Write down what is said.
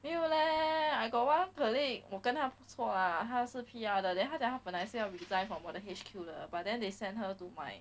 没有 leh I got colleague 我跟她不错 lah 她是 P_R 的 then 她讲她本来是要 resign from 我的 H_Q 的 but then they send her to mine